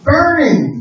Burning